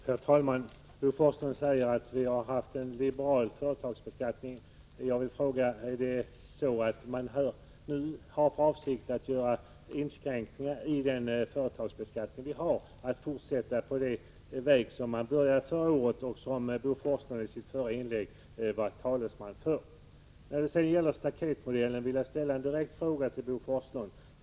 Herr talman! Bo Forslund säger att vi har haft en liberal företagsbeskattning. Jag vill därför fråga: Har man nu för avsikt att göra inskränkningar i den företagsbeskattning vi har, dvs. att fortsätta på den väg man började förra året och som Bo Forslund i sitt förra inlägg talade om? När det gäller staketmodellen vill jag ställa en fråga till Bo Forslund.